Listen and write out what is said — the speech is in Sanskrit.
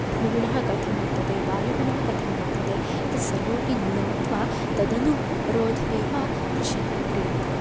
भूगुणः कथं वर्तते वायुगुणः कथं वर्तते इति सर्वम् अपि ज्ञात्वा तदनुरोधमेव कृषिः क्रियते